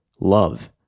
love